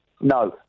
No